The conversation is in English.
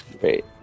Great